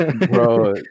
Bro